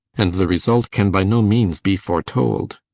and the result can by no means be foretold.